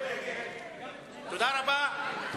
סעיף 07,